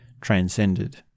transcended